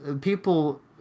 people